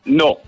no